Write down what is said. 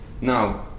now